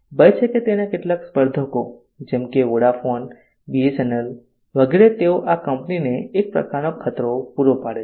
ભય છે કે તેના કેટલાક સ્પર્ધકો જેમ કે વોડાફોન બીએસએનએલ વગેરે તેઓ આ કંપનીને એક પ્રકારનો ખતરો પૂરો પાડે છે